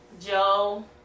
Joe